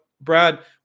Brad